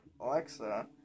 Alexa